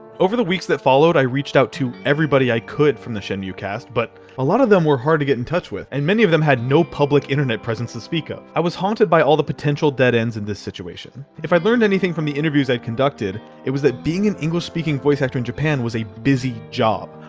over the weeks that followed, i reached out to everybody i could from the shenmue cast, but a lot of them were hard to get in touch with, and many of them had no public internet presence to speak of. i was haunted by the potential dead ends in this situation. if i learned anything from the interviews i had conducted, it was that being an english-speaking voice actor in japan was a busy job.